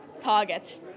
target